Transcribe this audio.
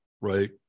right